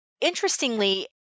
interestingly